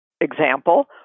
example